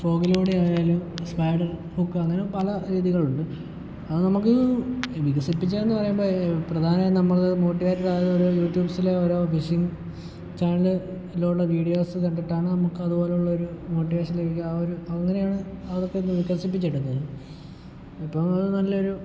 ഫ്രോഗിലൂടെ ആയാലും spider hook അങ്ങനെ പല രീതികൾ ഉണ്ട് അത് നമുക്ക് വികസിപ്പിച്ചാന്ന് പറയുമ്പോൾ പ്രധാനമായും നമ്മൾ മോട്ടിവേറ്റഡ് ആകുന്നത് യൂട്യൂബ്സിസിലെ ഓരോ ഫിഷിങ് ചാനൽ ഉള്ള വീഡിയോസ് കണ്ടിട്ടാണ് നമുക്ക് അതുപോലുള്ള ഒരു മോട്ടിവേഷൻ ലഭിക്കുക ആ ഒരു അങ്ങനെയാണ് അതൊക്കെ ഒന്ന് വികസിപ്പിച്ചെടുത്തത് ഇപ്പം നല്ലൊരു